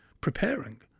preparing